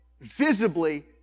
visibly